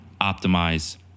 optimize